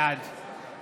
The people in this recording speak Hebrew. בעד